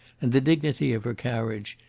and the dignity of her carriage,